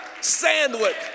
sandwich